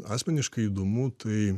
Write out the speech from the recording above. asmeniškai įdomu tai